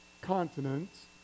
continents